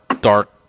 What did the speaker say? dark